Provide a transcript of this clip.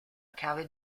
cave